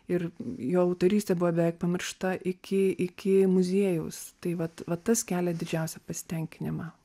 ir jo autorystė buvo beveik pamiršta iki iki muziejaus tai vat vat tas kelia didžiausią pasitenkinimą